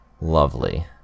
Lovely